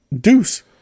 deuce